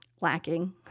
lacking